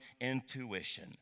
intuition